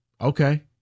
Okay